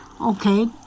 Okay